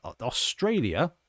Australia